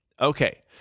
Okay